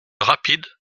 rapide